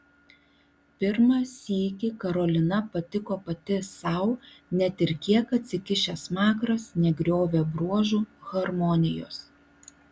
pirmą sykį karolina patiko pati sau net ir kiek atsikišęs smakras negriovė bruožų harmonijos